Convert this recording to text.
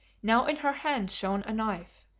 now in her hand shone a knife,